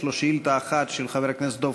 יש לו שאילתה אחת, של חבר הכנסת של דב